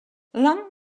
lang